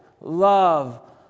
love